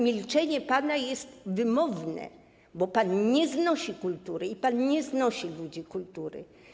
Milczenie pana jest wymowne, bo pan nie znosi kultury i nie znosi ludzi kultury.